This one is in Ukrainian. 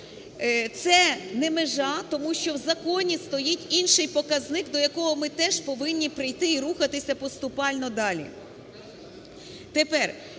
Це не межа, тому що в законі стоїть інший показник, до якого ми теж повинні прийти і рухатися поступально далі.